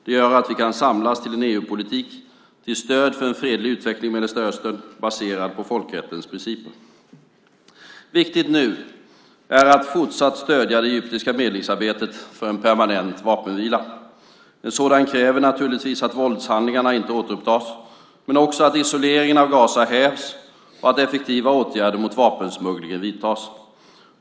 Det gör att vi kan samlas till en EU-politik till stöd för en fredlig utveckling i Mellanöstern, baserad på folkrättens principer. Viktigt nu är att fortsatt stödja det egyptiska medlingsarbetet för en permanent vapenvila. En sådan kräver naturligtvis att våldshandlingarna inte återupptas, men också att isoleringen av Gaza hävs och att effektiva åtgärder mot vapensmugglingen vidtas.